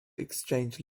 exchange